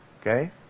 Okay